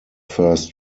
first